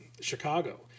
chicago